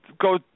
go